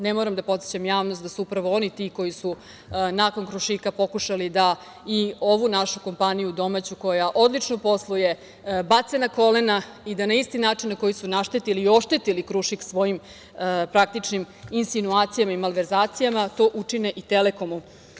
Ne moram da podsećam javnost da su upravo oni ti koji su nakon „Krušika“ pokušali da i ovu našu kompaniju domaću, koja odlično posluje, bace na kolena i da na isti način na koji su naštetili i oštetili „Krušik“ svojim praktičnim insinuacijama i malverzacijama to učine i „Telekomu“